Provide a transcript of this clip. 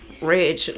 Reg